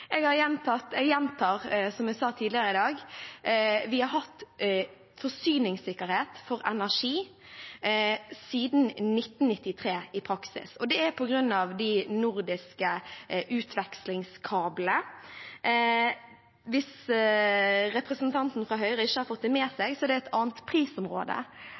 Jeg gjentar – som jeg sa tidligere i dag – at vi i praksis har hatt forsyningssikkerhet for energi siden 1993, og det er på grunn av de nordiske utvekslingskablene. Hvis representanten fra Høyre ikke har fått det med seg, er det et annet prisområde